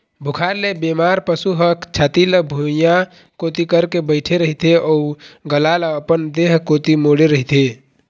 बुखार ले बेमार पशु ह छाती ल भुइंया कोती करके बइठे रहिथे अउ गला ल अपन देह कोती मोड़े रहिथे